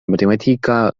matematika